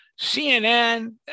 cnn